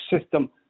system